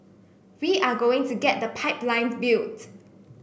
we are going to get the pipeline built